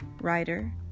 writer